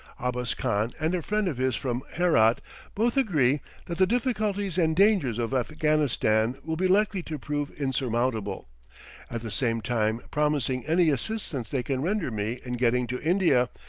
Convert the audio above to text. abbas khan and a friend of his from herat both agree that the difficulties and dangers of afghanistan will be likely to prove insurmountable at the same time promising any assistance they can render me in getting to india,